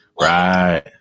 Right